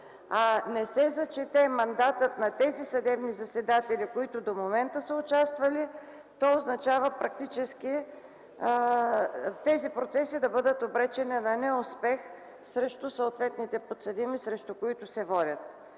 не се зачете мандатът на тези съдебни заседатели, които до момента са участвали, това означава практически тези процеси да бъдат обречени на неуспех срещу съответните подсъдими, срещу които се водят.